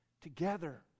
together